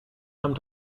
come